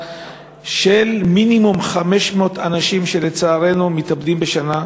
של מינימום 500 אנשים שלצערנו מתאבדים בשנה.